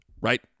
right